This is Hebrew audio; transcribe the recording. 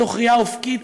מתוך ראייה אופקית,